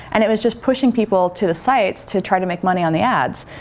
and it was just pushing people to the sites to try to make money on the ads.